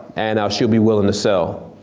and she'll be willing to sell.